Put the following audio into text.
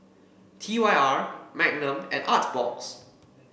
T Y R Magnum and Artbox